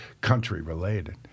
country-related